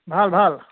ভাল ভাল